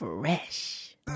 Fresh